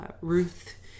Ruth